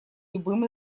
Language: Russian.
любым